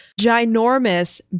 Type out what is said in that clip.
ginormous